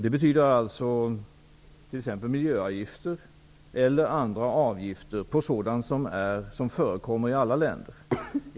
Det betyder t.ex. miljöavgifter, eller andra avgifter, på sådant som förekommer i alla länder.